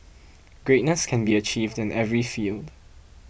greatness can be achieved in every field